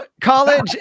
college